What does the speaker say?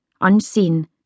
unseen